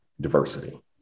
diversity